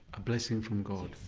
a blessing from god?